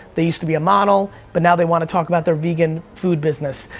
they used to be a model, but now they wanna talk about their vegan food business,